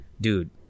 Dude